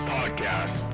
Podcast